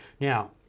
Now